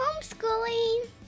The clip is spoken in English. homeschooling